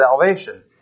salvation